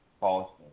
Boston